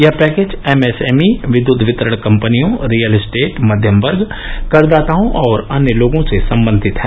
यह package MSME विद्युत वितरण कंपनियों रियल एस्टेट मध्यम वर्ग करदाताओं और अन्य लोगों से संबंधित हैं